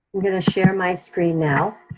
i'm gonna share my screen now.